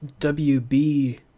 WB